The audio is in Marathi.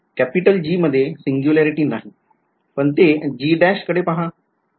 G मध्ये सिंग्युलॅरिटी नाही पण ते G कडे पहा